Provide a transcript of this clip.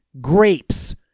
grapes